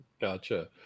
Gotcha